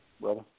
brother